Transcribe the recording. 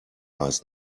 last